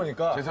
and got